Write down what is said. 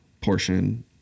portion